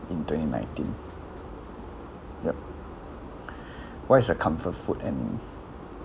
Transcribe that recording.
in twenty nineteen yup what is the comfort food and